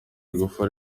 igufa